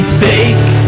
fake